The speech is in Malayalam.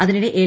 അതിനിടെ എൽ